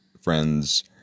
friends